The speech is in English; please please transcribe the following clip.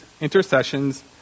intercessions